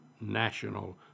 national